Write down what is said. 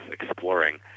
exploring